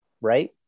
right